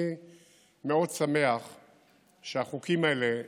אני מאוד שמח שהחוקים האלה,